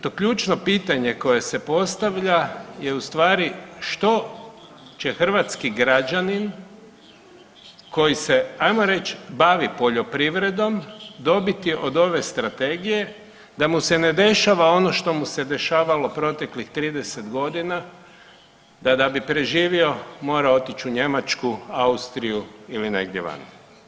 To ključno pitanje koje se postavlja je u stvari što će hrvatski građanin koji se ajmo reć bavi poljoprivredom dobiti od ove strategije da mu se ne dešava ono što mu se dešavalo proteklih 30.g. da da bi preživio mora otić u Njemačku, Austriju ili negdje vani.